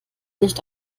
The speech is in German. nicht